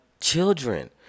children